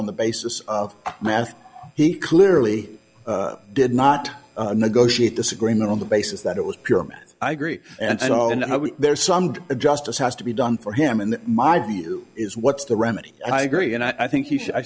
on the basis of math he clearly did not negotiate disagreement on the basis that it was pure i agree and there's some justice has to be done for him in my view is what's the remedy i agree and i think